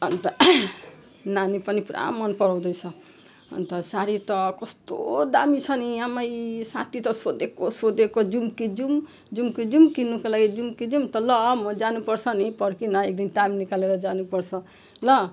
अनि त नानी पनि पुरा मन पराउँदै छ अनि त सारी त कस्तो दामी छ नि आमै साथी त सोधेको सोधेको जाऔँ कि जाऔँ जाऔँ कि जाऔँ किन्नुको लागि जाऔँ कि जाऔँ त ल म जानुपर्छ नि पर्खी न एकदिन टाइम निकालेर जानुपर्छ ल